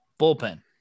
bullpen